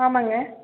ஆமாங்க